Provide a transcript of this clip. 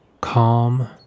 calm